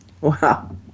Wow